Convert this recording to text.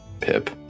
Pip